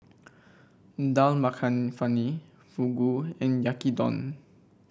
Dal Makhani Fugu and Yaki Udon